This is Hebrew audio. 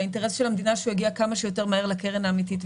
והאינטרס של המדינה שהוא יגיע כמה שיותר מהר לקרן האמיתית.